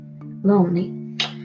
lonely